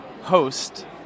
host